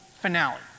finale